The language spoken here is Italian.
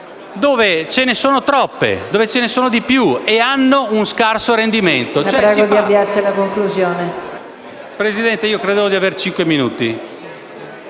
dove ce ne sono troppe, dove ce ne sono di più e dove hanno uno scarso rendimento.